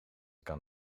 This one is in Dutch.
kan